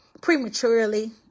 prematurely